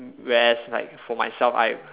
whereas like for myself I